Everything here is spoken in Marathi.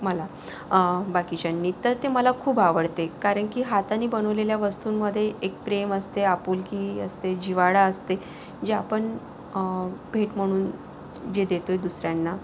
मला बाकीच्यांनी तर ते मला खूप आवडते कारण की हाताने बनवलेल्या वस्तूंमध्ये एक प्रेम असते आपुलकी असते जिव्हाळा असते जे आपण भेट म्हणून जे देतो आहे दुसऱ्यांना